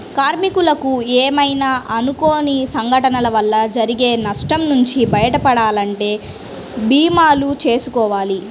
కార్మికులకు ఏమైనా అనుకోని సంఘటనల వల్ల జరిగే నష్టం నుంచి బయటపడాలంటే భీమాలు చేసుకోవాలి